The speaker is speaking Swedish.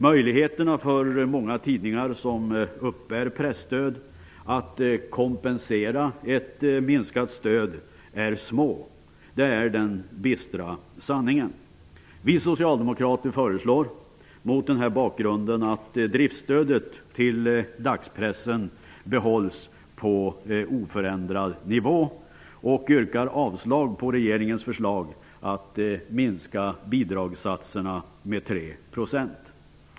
Möjligheterna för många tidningar som uppbär presstöd att kompensera ett minskat stöd är små. Det är den bistra sanningen. Mot denna bakgrund föreslår vi socialdemokrater att driftsstödet till dagspressen behålls på oförändrad nivå. Vi yrkar avslag på regeringens förslag om att minska bidragssatserna med 3 %.